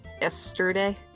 yesterday